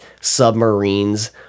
submarines